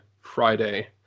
Friday